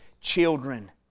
children